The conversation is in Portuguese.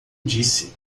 disse